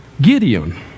Gideon